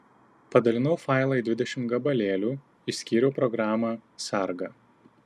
padalinau failą į dvidešimt gabalėlių išskyriau programą sargą